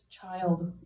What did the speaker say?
child